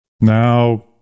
Now